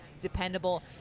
dependable